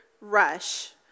rush